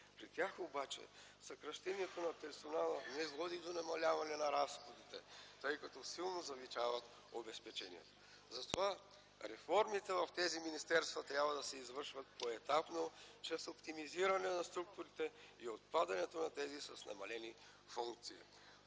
При тях обаче съкращението на персонала не води до намаляване на разходите, тъй като силно се завишават обезпеченията. Затова реформите в тези министерства трябва да се извършват поетапно чрез оптимизиране на структурите и отпадането на тези с намалени функции.